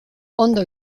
ondo